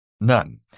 none